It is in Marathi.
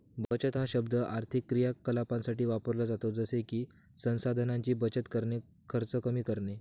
बचत हा शब्द आर्थिक क्रियाकलापांसाठी वापरला जातो जसे की संसाधनांची बचत करणे, खर्च कमी करणे